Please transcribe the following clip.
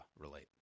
relate